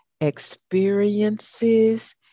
experiences